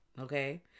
okay